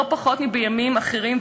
לא פחות מבימים אחרים,